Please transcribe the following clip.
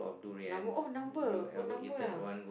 number oh number oh number ah